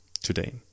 today